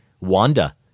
Wanda